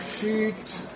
sheet